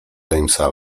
jamesa